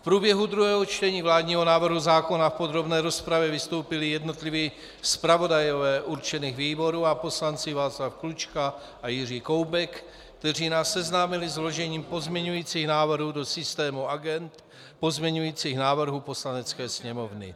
V průběhu druhého čtení vládního návrhu zákona a v podrobné rozpravě vystoupili jednotliví zpravodajové určených výborů a poslanci Václav Klučka a Jiří Koubek, kteří nás seznámili s vložením pozměňujících návrhů do systému agend pozměňujících návrhů Poslanecké sněmovny.